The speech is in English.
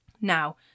Now